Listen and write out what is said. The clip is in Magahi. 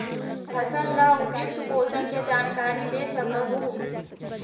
फसल ला उपयुक्त पोषण के जानकारी दे सक हु?